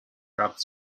grabbed